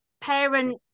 parent